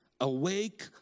Awake